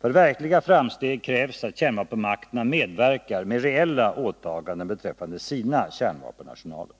För verkliga framsteg krävs att kärnvapenmakterna medverkar med reella åtaganden beträffande sina kärnvapenarsenaler.